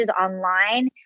online